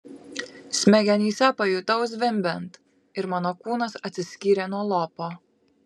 smegenyse pajutau zvimbiant ir mano kūnas atsiskyrė nuo lopo